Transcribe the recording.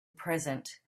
present